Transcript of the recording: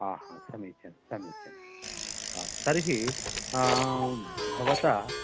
आ हा समीचीनं समीचीनं आ तर्हि आ भवता